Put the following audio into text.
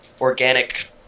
organic